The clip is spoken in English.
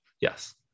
yes